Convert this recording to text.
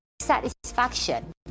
satisfaction